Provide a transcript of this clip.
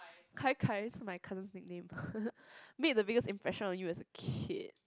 kai kai's my cousin's nickname meet the bigger impression on you as a kid